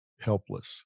helpless